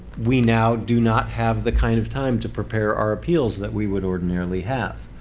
we now do not have the kind of time to prepare our appeals that we would ordinarily have.